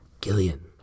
Gillian